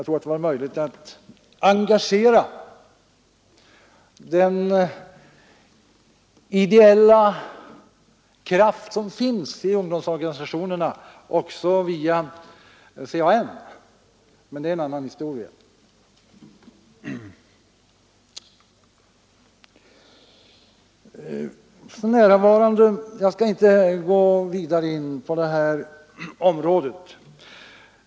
Det hade kanske varit möjligt att också via CAN engagera den ideella kraft som finns i ungdomsorganisationerna, men det är en annan historia. Jag skall inte här gå vidare in på det ämnet.